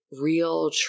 real